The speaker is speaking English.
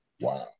Wow